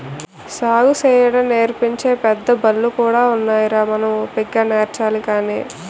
సాగుసేయడం నేర్పించే పెద్దబళ్ళు కూడా ఉన్నాయిరా మనం ఓపిగ్గా నేర్చాలి గాని